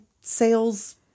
sales